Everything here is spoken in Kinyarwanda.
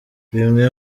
bimwe